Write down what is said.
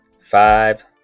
Five